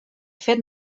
fet